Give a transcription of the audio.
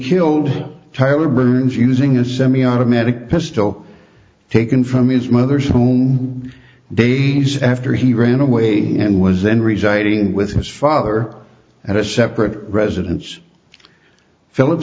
killed tyler burns using a semiautomatic pistol taken from his mother's home days after he ran away and was then residing with his father at a separate residence philli